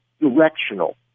directional